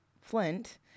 Flint